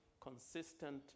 consistent